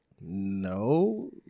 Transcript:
no